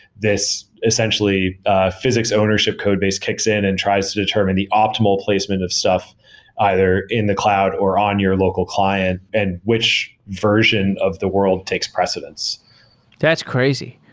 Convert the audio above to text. this essentially physics ownership codebase kicks in and tries to determine the optimal placement of stuff either in the cloud or on your local client and which version of the world takes precedence that's crazy.